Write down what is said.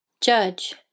Judge